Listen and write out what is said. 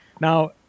Now